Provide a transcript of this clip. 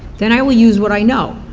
then i will use what i know.